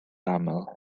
aml